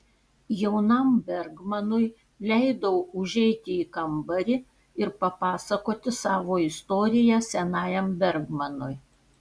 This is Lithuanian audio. jaunam bergmanui leidau užeiti į kambarį ir papasakoti savo istoriją senajam bergmanui